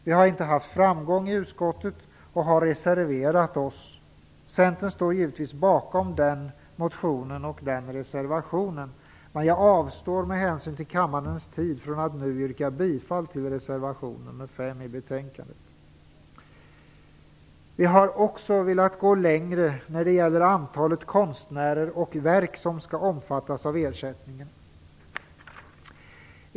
Vi har inte haft framgång i utskottet och har reserverat oss. Centern står givetvis bakom den motionen och reservationen. Jag avstår med hänsyn till kammarens tid från att nu yrka bifall till reservation nr 5 i betänkandet. Vi har också velat gå längre när det gäller antalet konstnärer och verk som skall omfattas av ersättningen.